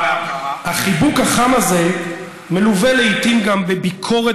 החיבוק החם הזה מלווה לעיתים גם בביקורת